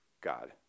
God